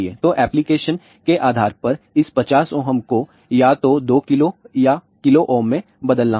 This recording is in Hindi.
तो एप्लीकेशन के आधार पर इस 50 Ω को या तो 2 Ω या KΩ में बदलना होगा